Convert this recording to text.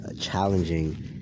challenging